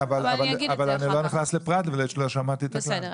אבל אני לא נכנס לפרט מפני שלא שמעתי את --- בסדר,